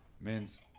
men's